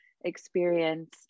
experience